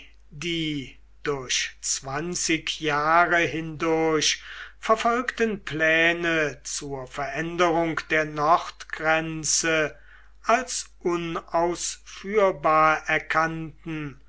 die durch zwanzig jahre hindurch verfolgten pläne zur veränderung der nordgrenze als unausführbar erkannten